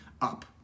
up